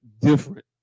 different